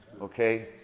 Okay